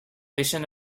vision